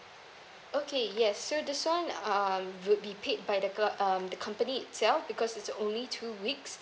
okay yes so this one um will be paid by the gov~ um the company itself because it's only two weeks